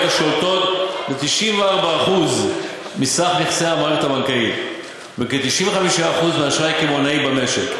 השולטות ב-94% מסך נכסי המערכת הבנקאית ובכ-95% מהאשראי הקמעונאי במשק.